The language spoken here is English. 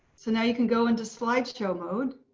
so now you can go into slideshow mode.